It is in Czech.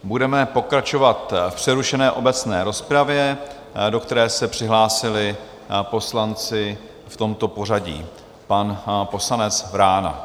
Budeme pokračovat v přerušené obecné rozpravě, do které se přihlásili poslanci v tomto pořadí pan poslanec Vrána...